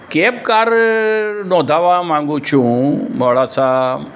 cab car નોંધાવવા માગુ છું હું મોડાસા